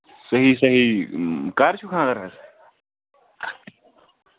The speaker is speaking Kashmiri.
صحیح صحیح کَر چھُ خاندر حظ